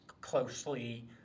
closely